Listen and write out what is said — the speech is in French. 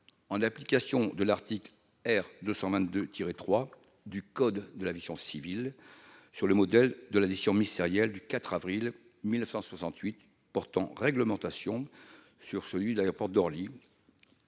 en application de l'article R. 221-3 du code de l'aviation civile, sur le modèle de la décision ministérielle du 4 avril 1968 portant réglementation de l'utilisation de nuit de l'aéroport d'Orly.